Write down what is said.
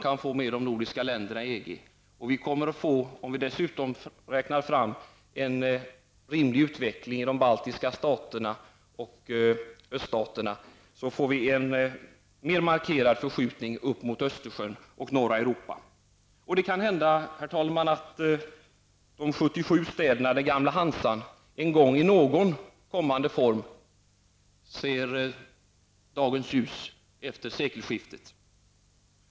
Om vi dessutom får en rimlig utveckling i de baltiska staterna och i öststaterna, så kommer det att bli en mer markerad förskjutning upp mot Östersjön och norra Europa. Herr talman! Det kan hända att de 77 städerna, den gamla Hansan, i någon form återigen ser dagens ljus någon gång efter sekelskiftet.